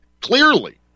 clearly